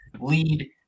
lead